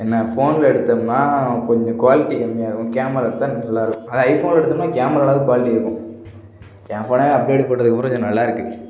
என்ன ஃபோனில் எடுத்தோம்னா கொஞ்சம் க்வாலிட்டி கம்மியாக இருக்கும் கேமரா எடுத்தால் நல்லாயிருக்கும் அதே ஐஃபோனில் எடுத்தோம்னா கேமரா அளவுக்கு க்வாலிட்டி இருக்கும் என் ஃபோனை அப்டேட்டுக்கு போட்டத்துக்கு பிறகு நல்லாயிருக்கு